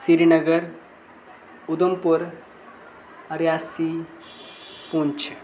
Srinagar Udhampur Reasi Poonch